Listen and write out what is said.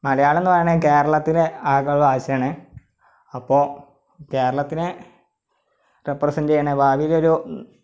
മലയാളമെന്നു പറഞ്ഞാൽ ഈ കേരളത്തിലെ ആകെയുള്ള ഭാഷയാണ് അപ്പോൾ കേരളത്തിനെ റെപ്രെസെന്റ് ചെയ്യണേ ഭാവിയിലൊരു